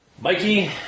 Mikey